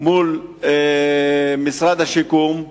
מול משרד השיקום.